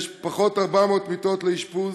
יש פחות 400 מיטות לאשפוז,